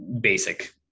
basic